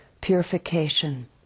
purification